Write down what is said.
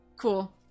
cool